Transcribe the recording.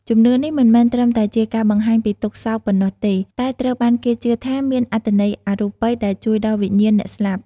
ជំនឿនេះមិនមែនត្រឹមតែជាការបង្ហាញពីទុក្ខសោកប៉ុណ្ណោះទេ តែត្រូវបានគេជឿថាមានអត្ថន័យអរូបិយដែលជួយដល់វិញ្ញាណអ្នកស្លាប់។